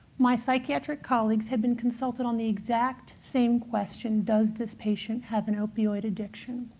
my psychiatric colleagues had been consulted on the exact same question. does this patient have an opioid addiction?